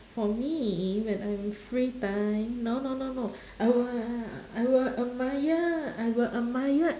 for me when I have a free time no no no no I will I will admire I will admire